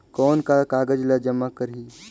कौन का कागज ला जमा करी?